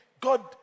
God